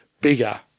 bigger